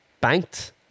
banked